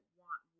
want